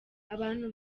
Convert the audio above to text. abantu